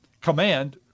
command